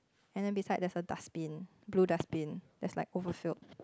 and then beside there's a dustbin blue dustbin that's like overfilled